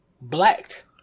blacked